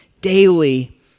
daily